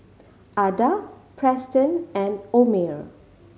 Ada Preston and Omer